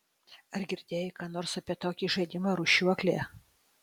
ar girdėjai ką nors apie tokį žaidimą rūšiuoklė